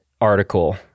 article